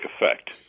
effect